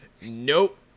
nope